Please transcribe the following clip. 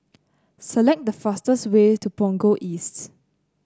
select the fastest way to Punggol East